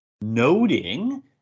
noting